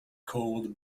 called